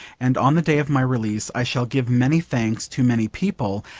and on the day of my release i shall give many thanks to many people,